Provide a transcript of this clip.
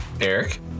eric